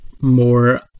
more